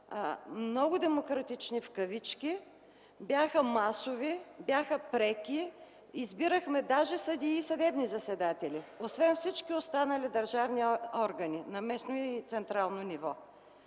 много демократични в кавички, бяха масови, бяха преки, избирахме даже съдии и съдебни заседатели, освен всички останали държавни органи на местно и централно ниво.